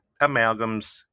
amalgams